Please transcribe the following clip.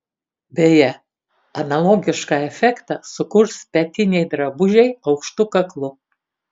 beje analogišką efektą sukurs petiniai drabužiai aukštu kaklu